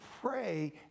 pray